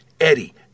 Eddie